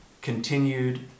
continued